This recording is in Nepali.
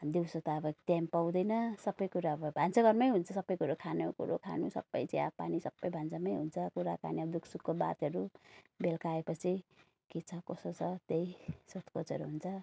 दिउँसो त अब टाइम पाउँदैन सबैकुरा अब भन्साघरमै हुन्छ सबैकुरो खानु कुरो खानु सबै चिया पानी सबै भान्सामै हुन्छ कुराकानी आब दुखः सुखको बातहरू बेलुका आएपछि के छ कसो छ त्यही सोध खोजहरू हुन्छ